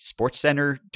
SportsCenter